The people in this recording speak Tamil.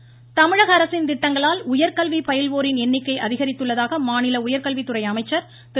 அன்பழகன் தமிழகஅரசின் திட்டங்களால் உயர்கல்வி பயில்வோரின் எண்ணிக்கை அதிகரித்துள்ளதாக மாநில உயர்கல்வித்துறை அமைச்சர் திரு